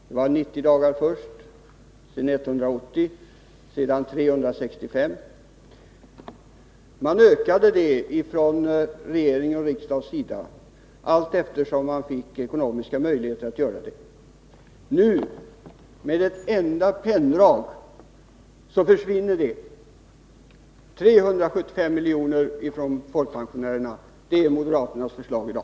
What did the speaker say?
Först var det 90 dagar, sedan blev det 180 dagar och slutligen 365. Regeringen ökade antalet dagar allteftersom man fick ekonomiska resurser för att göra det. Nu, med ett enda penndrag, skulle 375 miljoner försvinna från folkpensionärerna. Detta är innebörden i moderaternas förslag i dag.